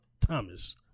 Thomas